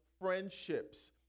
friendships